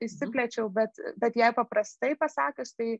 išsiplėčiau bet bet jei paprastai pasakius tai